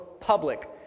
public